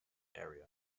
area